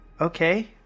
Okay